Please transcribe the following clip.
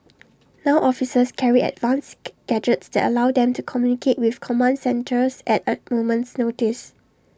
now officers carry advanced gadgets that allow them to communicate with command centres at A moment's notice